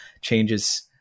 changes